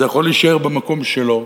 זה יכול להישאר במקום שלו,